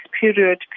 period